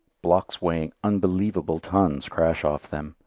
blocks weighing unbelievable tons crash off them,